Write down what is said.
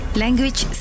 language